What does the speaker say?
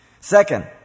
Second